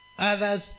Others